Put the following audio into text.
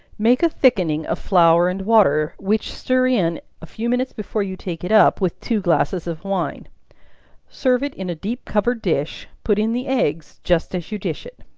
make a thickening of flour and water, which stir in a few minutes before you take it up, with two glasses of wine serve it in a deep covered dish put in the eggs just as you dish it.